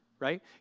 right